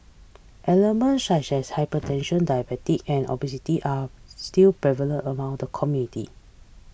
ailments such as hypertension diabetes and obesity are still prevalent among the community